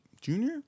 Junior